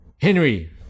Henry